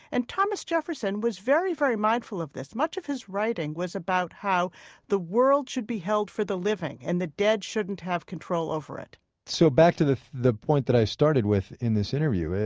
and thomas jefferson was very, very mindful of this. much of his writing was about how the world should be held for the living and the dead shouldn't have control over it so back to the the point that i started with in this interview,